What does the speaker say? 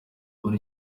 muri